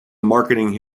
marketing